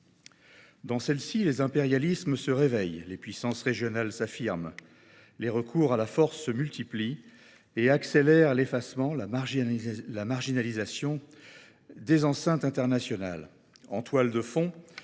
Dans celle ci, les impérialismes se réveillent et les puissances régionales s’affirment. Les recours à la force se multiplient et accélèrent l’effacement, la marginalisation des enceintes internationales. En toile de fond,